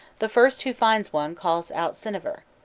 the first who finds one calls out cyniver.